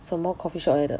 什么 coffeeshop 来的